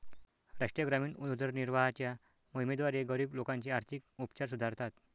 राष्ट्रीय ग्रामीण उदरनिर्वाहाच्या मोहिमेद्वारे, गरीब लोकांचे आर्थिक उपचार सुधारतात